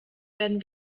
werden